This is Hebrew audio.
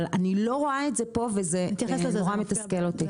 אבל אני לא רואה את פה וזה מאוד מתסכל אותי.